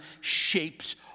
shapes